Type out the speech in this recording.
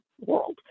world